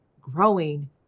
growing